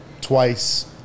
twice